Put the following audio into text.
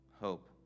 hope